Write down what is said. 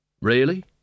Really